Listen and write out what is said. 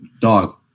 dog